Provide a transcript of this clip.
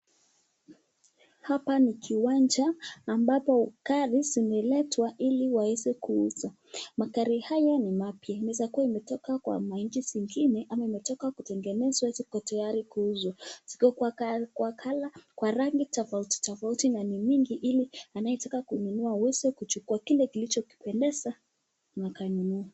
Hapa ni kiwanja ambapo gari zinaletwa ili waweze kuuzwa. Magari haya ni mapya. Inaweza kuwa imetoka kwa nchi zingine ama imetoka kutengenezwa iko tayari kuuzwa. Ziko kwa colour kwa rangi tofauti tofauti na ni mingi ili anayetaka kununua aweze kuchukua kile kilichompendeza akanunua.